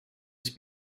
this